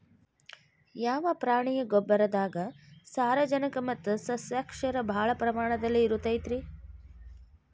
ಯಾವ ಪ್ರಾಣಿಯ ಗೊಬ್ಬರದಾಗ ಸಾರಜನಕ ಮತ್ತ ಸಸ್ಯಕ್ಷಾರ ಭಾಳ ಪ್ರಮಾಣದಲ್ಲಿ ಇರುತೈತರೇ?